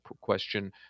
question